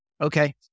Okay